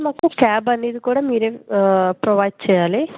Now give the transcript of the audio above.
కొంచెం దగ్గరుండి mobile phones గట్రా ఇవ్వకండా వాళ్ళని చూసుకోండి కొంచెం